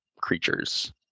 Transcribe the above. creatures